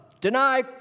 deny